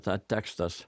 tas tekstas